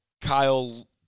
Kyle